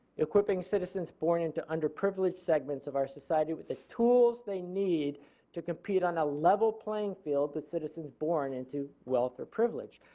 equipping citizens born into underprivileged segments of our society with the tools they need to compete on a level playing field but citizens born into wealth or privilege.